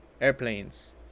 Airplanes